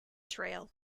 trail